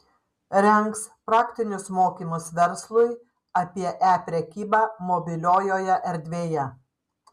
rengs praktinius mokymus verslui apie e prekybą mobiliojoje erdvėje